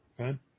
Okay